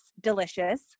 delicious